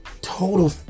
total